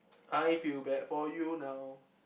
I feel bad for you now